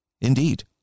indeed